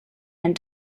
and